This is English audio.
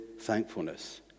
thankfulness